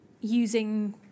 using